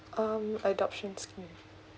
um adoption scheme